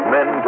Men